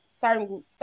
certain